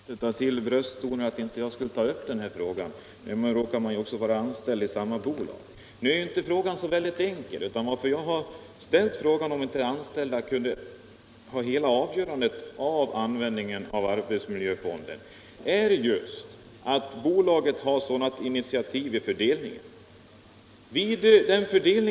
Herr talman! Finansministern tar till brösttoner och menar att jag inte borde ta upp den här saken, men nu råkar jag vara anställd i bolaget i fråga. Det här är inte så väldigt enkelt. Jag har ställt frågan om inte de anställda kunde ha hela avgörandet när det gäller arbetsmiljöfondernas användning just därför att bolaget tar initiativet när pengarna skall fördelas.